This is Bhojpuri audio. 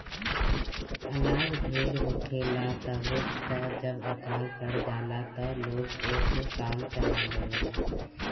अनाज ढेर होखेला तबे त जब अकाल पड़ जाला त लोग ओसे काम चला लेवेला